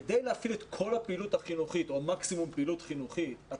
כדי להפעיל את מקסימום פעילות החינוכית אתה